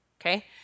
Okay